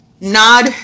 Nod